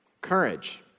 Courage